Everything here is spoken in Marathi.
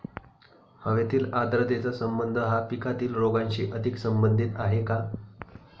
हवेतील आर्द्रतेचा संबंध हा पिकातील रोगांशी अधिक संबंधित आहे का?